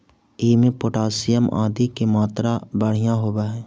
इमें पोटाशियम आदि के मात्रा बढ़िया होवऽ हई